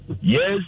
Yes